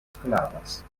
sklavas